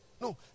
No